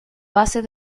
bases